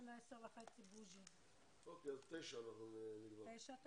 בשעה 10:30. אם כן, נתכנס ב-9:00